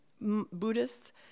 Buddhists